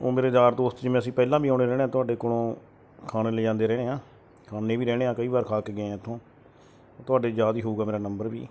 ਉਹ ਮੇਰੇ ਯਾਰ ਦੋਸਤ ਜਿਵੇਂ ਅਸੀਂ ਪਹਿਲਾਂ ਵੀ ਆਉਂਦੇ ਰਹਿੰਦੇ ਹਾਂ ਤੁਹਾਡੇ ਕੋਲੋਂ ਖਾਣੇ ਲਿਜਾਂਦੇ ਰਹੇ ਹਾਂ ਖਾਂਦੇ ਵੀ ਰਹਿੰਦੇ ਹਾਂ ਕਈ ਵਾਰ ਖਾ ਕੇ ਗਏ ਹਾਂ ਇੱਥੋਂ ਤੁਹਾਡੇ ਯਾਦ ਹੀ ਹੋਊਗਾ ਮੇਰਾ ਨੰਬਰ ਵੀ